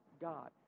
God